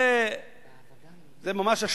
זה ממש אשליה.